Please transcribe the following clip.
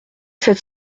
sept